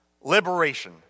Liberation